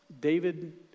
David